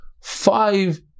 five